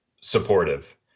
supportive